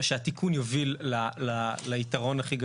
שהתיקון יוביל ליתרון הכי גדול.